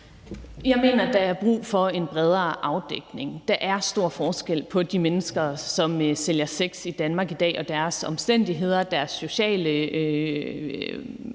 Jeg mener, at der er brug for en bredere afdækning. Der er stor forskel på de mennesker, som sælger sex i Danmark i dag i forhold til deres omstændigheder og deres sociale